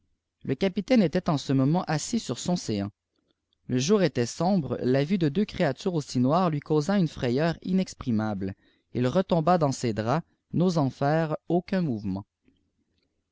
lec ptamie était en ce mènent assis sur son séant le jour était sombre la vue de deux créatures aussi noires ini causa wm firayeup kieprimabje il retomba dans ses draps n'osdut ire aucun moueomut